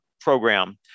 program